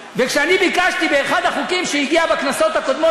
וכשביקשתי באחד החוקים שהגיע בכנסות הקודמות,